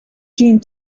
gene